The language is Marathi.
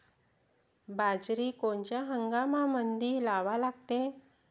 बाजरी कोनच्या हंगामामंदी लावा लागते?